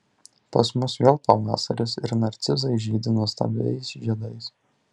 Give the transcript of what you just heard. pas mus vėl pavasaris ir narcizai žydi nuostabiais žiedais